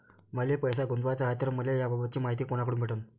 मले पैसा गुंतवाचा हाय तर मले याबाबतीची मायती कुनाकडून भेटन?